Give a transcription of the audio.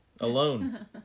alone